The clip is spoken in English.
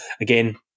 again